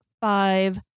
five